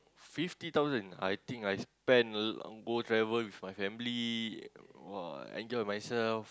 fifty thousand I think I spend on go travel with my family !wah! enjoy myself